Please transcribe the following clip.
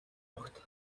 огт